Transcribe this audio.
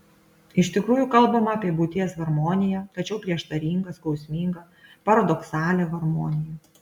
iš tikrųjų kalbama apie būties harmoniją tačiau prieštaringą skausmingą paradoksalią harmoniją